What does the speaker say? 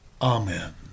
Amen